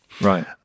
Right